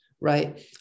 right